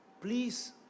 please